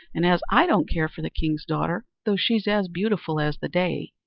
and as i don't care for the king's daughter, though she's as beautiful as the day,